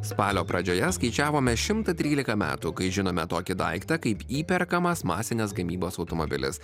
spalio pradžioje skaičiavome šimtą trylika metų kai žinome tokį daiktą kaip įperkamas masinės gamybos automobilis